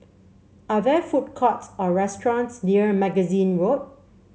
are there food courts or restaurants near Magazine Road